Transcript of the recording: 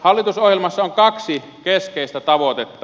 hallitusohjelmassa on kaksi keskeistä tavoitetta